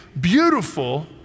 beautiful